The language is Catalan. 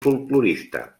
folklorista